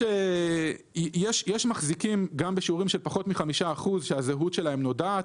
יש מחזיקים גם בשיעורים של פחות מ-5% שהזהות שלהם נודעת,